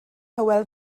hywel